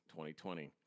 2020